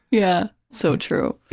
yeah, so true.